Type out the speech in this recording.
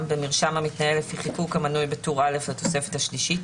במרשם המתנהל לפי חיקוק המנוי בטור א' לתוספת השלישית,